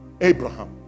Abraham